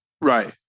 right